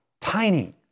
tiny